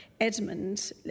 Edmund